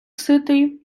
ситий